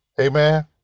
Amen